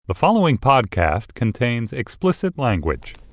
the following podcast contains explicit language